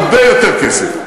הרבה יותר כסף.